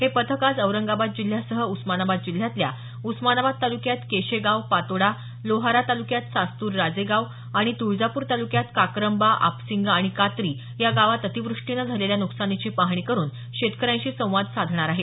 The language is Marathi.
हे पथक आज औरंगाबाद जिल्ह्यासह उस्मानाबाद जिल्ह्यातल्या उस्मानाबाद तालुक्यात केशेगाव पातोडा लोहारा तालुक्यात सास्तूर राजेगाव आणि तुळजापूर तालुक्यात काकरंबा आपसिंगा आणि कातरी या गावात अतिवृष्टीने झालेल्या न्कसानीची पाहणी करुन शेतकऱ्यांशी संवाद साधणार आहे